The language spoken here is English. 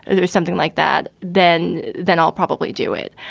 and there's something like that, then. then i'll probably do it.